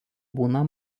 būna